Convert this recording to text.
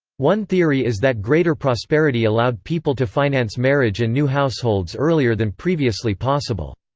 one theory is that greater prosperity allowed people to finance marriage and new households earlier than previously possible.